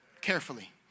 Carefully